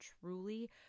truly